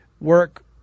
work